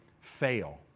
fail